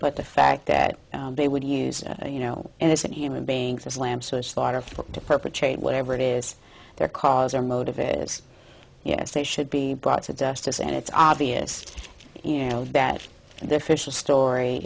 but the fact that they would use you know innocent human beings as lamps was thought of to perpetrate whatever it is their cause or motive is yes they should be brought to justice and it's obvious you know that their fish story